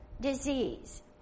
disease